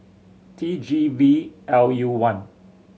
T G V L U one